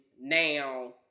now